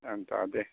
ꯒ꯭ꯌꯥꯟ ꯇꯥꯗꯦ